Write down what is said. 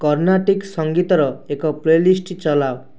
କର୍ଣ୍ଣାଟିକ୍ ସଙ୍ଗୀତର ଏକ playlist ଚଲାଅ